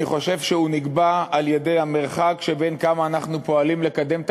אני חושב שהוא נקבע על-ידי המרחק שבין כמה אנחנו פועלים לקדם את